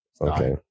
Okay